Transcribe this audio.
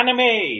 anime